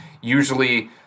usually